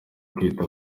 kwita